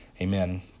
Amen